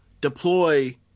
deploy